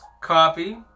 copy